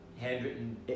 handwritten